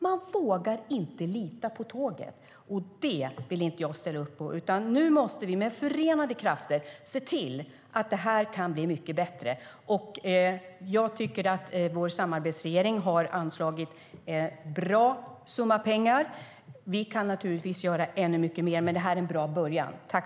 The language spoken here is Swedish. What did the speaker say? Man vågar inte lita på tågen. Det vill jag inte ställa upp på, utan vi måste med förenade krafter se till att det blir mycket bättre.